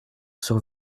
sur